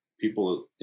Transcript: People